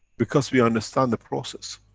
because we understand the process.